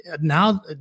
now